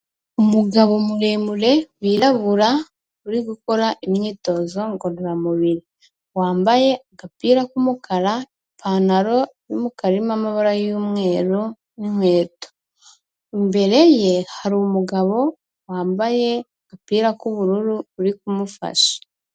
Umugabo muremure wirabura uri gukora imyitozo ngororamubiri. Wambaye agapira k'umukara, ipantaro y'umukara irimo amabara y'umweru n'inkweto. Imbere ye hari umugabo wambaye agapira k'ubururu uri kumufasha.